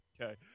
Okay